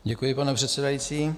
Děkuji, pane předsedající.